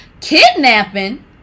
Kidnapping